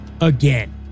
again